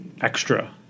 extra